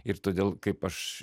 ir todėl kaip aš